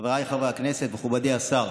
חבריי חברי הכנסת, מכובדי השר,